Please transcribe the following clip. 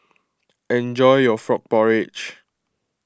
enjoy your Frog Porridge